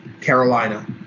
Carolina